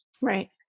Right